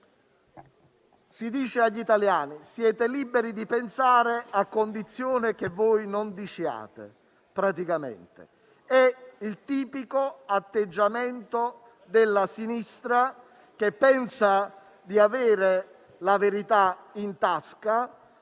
agli italiani: «Siete liberi di pensare, a condizione che non diciate». È il tipico atteggiamento della sinistra, che pensa di avere la verità in tasca